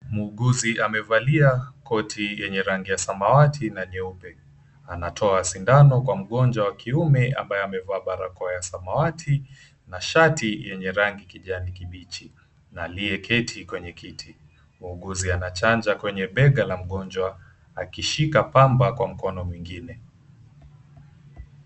Muuguzi amevalia koti yenye rangi ya samawati na nyeupe. Anatoa sindano kwa mgonjwa wa kiume ambaye amevaa barakoa ya samawati na shati yenye rangi kijani kibichi, aliyeketi kwenye kiti. Muuguzi anachanja kwenye bega la mgonjwa akishika pamba kwa mkono mwingine.